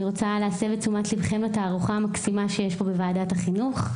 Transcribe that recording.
אני רוצה להסב את תשומת ליבכם לתערוכה המקסימה שיש פה בוועדת החינוך,